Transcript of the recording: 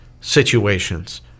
situations